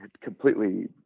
completely